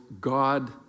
God